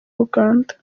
uganda